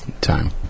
Time